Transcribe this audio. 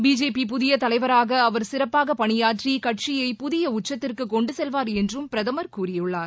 BJP புதிய தலைவராக அவர் சிறப்பாக பணியாற்றி கட்சியை புதிய உச்சத்திற்கு கொண்டு செல்வார் என்றும் பிரதமர் கூறியுள்ளார்